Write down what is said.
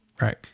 Right